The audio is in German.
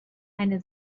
eine